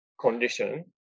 condition